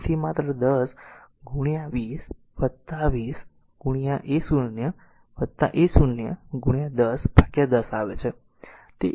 તેથી માત્ર 10 ગુણ્યા 20 20 ગુણ્યા a0 a0 ગુણ્યા 10 ભાગ્યા 10 આવે છે